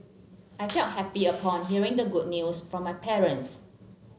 I felt happy upon hearing the good news from my parents